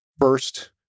first